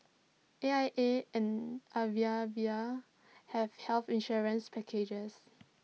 A I A and Aviva have health insurance packages